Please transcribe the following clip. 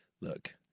Look